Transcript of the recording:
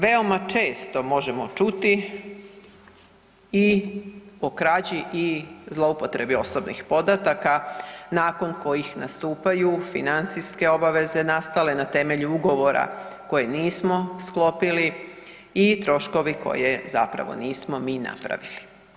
Veoma često možemo čuti i o krađi i zloupotrebi osobnih podataka nakon kojih nastupaju financijske obaveze nastale na temelju ugovora koje nismo sklopili i troškovi koje zapravo nismo mi napravili.